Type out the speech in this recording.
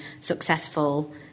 successful